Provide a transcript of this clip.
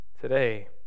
today